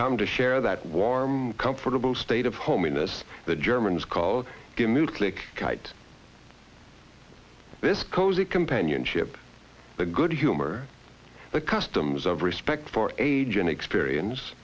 come to share that warm comfortable state of home in this the germans call to move click kite this cosy companionship the good humor the customs of respect for age and experience